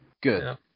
Good